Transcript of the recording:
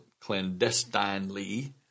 clandestinely